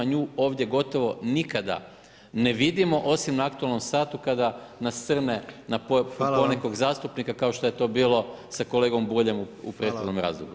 Nju ovdje gotovo nikada ne vidimo osim na aktualnom satu kada nasrne na ponekog zastupnika kao što je to bilo sa kolegom Buljem u prethodnom razdoblju.